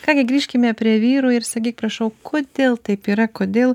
ką gi grįžkime prie vyrų ir sakyk prašau kodėl taip yra kodėl